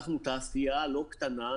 אנחנו תעשייה לא קטנה,